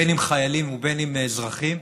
אם חיילים ואם אזרחים,